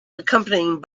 accompanied